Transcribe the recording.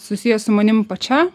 susijęs su manim pačia